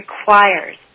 requires